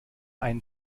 einen